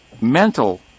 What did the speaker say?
mental